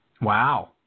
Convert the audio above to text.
Wow